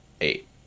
Eight